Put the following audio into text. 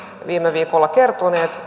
viime viikolla kertonut